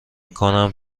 کنم